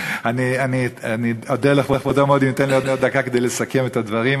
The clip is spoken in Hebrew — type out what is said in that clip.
אני אודה לכבודו מאוד אם ייתן לי עוד דקה כדי לסכם את הדברים,